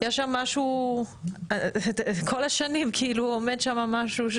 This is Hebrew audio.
יש שם משהו כאילו כל השנים עומד שם משהו.